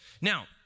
Now